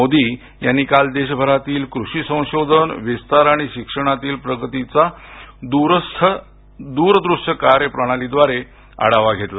मोदी यांनी काल देशभरातील कृषी संशोधन विस्तार आणि शिक्षणातील प्रगतीचा दूरदृश्य प्रणालीद्वारे आढावा घेतला